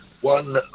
One